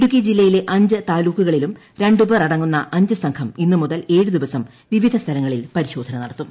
ഇടുക്കി ജില്ലയിലെ അഞ്ച് താലൂക്കുകളിലും രണ്ടുപേർ അടങ്ങുന്ന അഞ്ച് സംഘം ഇന്ന് മുതൽ ഏഴ് ദിവസം വിവിധ സ്ഥലങ്ങളിൽ പരിശോധന നടത്തും